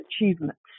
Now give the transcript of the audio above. achievements